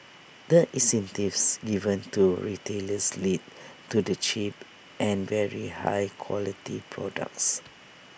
the incentives given to retailers lead to the cheap and very high quality products